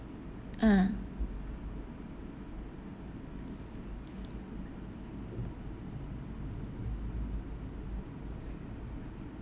ah